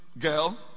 girl